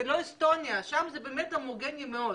זה לא אסטוניה, שם זה באמת הומוגני מאוד.